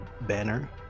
banner